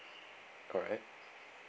alright